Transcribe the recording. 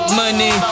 money